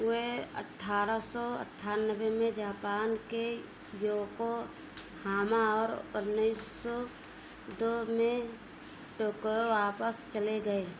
वे अठारह सौ अठानबे में जापान के योकोहामा और उन्नीस सौ दो में टोको वापस चले गए